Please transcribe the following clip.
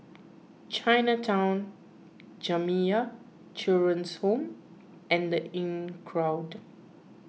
Chinatown Jamiyah Children's Home and the Inncrowd